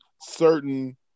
certain